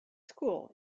school